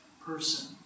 person